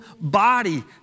body